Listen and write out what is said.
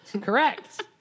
Correct